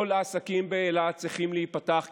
כל העסקים באילת צריכים להיפתח,